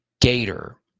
gator